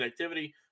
connectivity